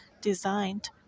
designed